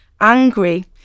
angry